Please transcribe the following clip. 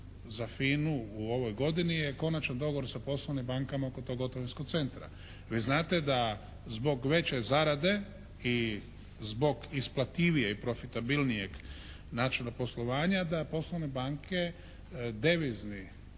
za FINA-u u ovoj godini je konačan dogovor sa poslovnim bankama oko tog gotovinskog centra. Vi znate da zbog većeg zarade i zbog isplativijeg i profitabilnijeg načina poslovanja da poslovne banke devizni,